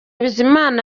bizimana